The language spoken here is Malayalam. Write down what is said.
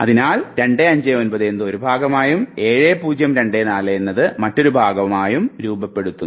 അതിനാൽ 259 എന്നത് ഒരു ഭാഗമായും 7024 എന്നത് മറ്റൊരു ഭാഗമായും രൂപപ്പെടുന്നു